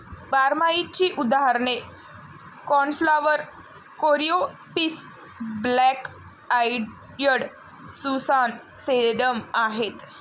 बारमाहीची उदाहरणे cornflower, coreopsis, black eyed Susan, sedum आहेत